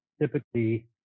typically